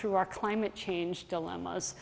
through our climate change dilemmas